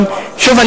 פרובוקציה?